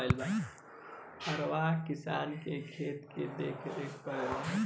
हरवाह किसान के खेत के देखरेख रखेला